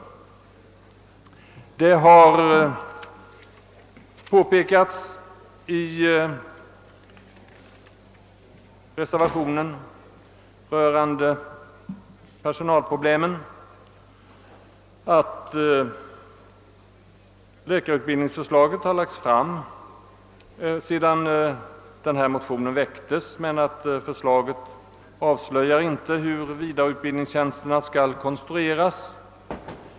I reservationen har framhållits att för slag rörande läkares vidareutbildning har framlagts av socialstyrelsen och universitetskanslersämbetet efter det att motionerna väcktes men att det i det förslaget inte avslöjas hur utbildningstjänsterna kommer att konstrueras.